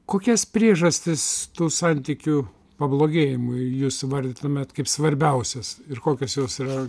kokias priežastis tų santykių pablogėjimui jūs įvardytumėt kaip svarbiausias ir kokios jos yra